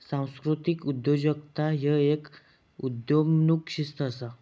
सांस्कृतिक उद्योजकता ह्य एक उदयोन्मुख शिस्त असा